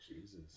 Jesus